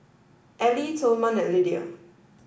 Ally Tilman and Lidia